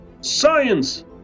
Science